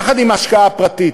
יחד עם השקעה פרטית.